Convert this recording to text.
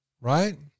right